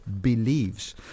believes